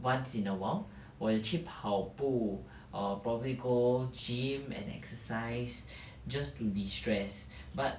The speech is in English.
once in a while 我有去跑步 or probably go gym and exercise just to destress but